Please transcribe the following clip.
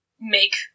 make